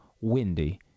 windy